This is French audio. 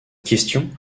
question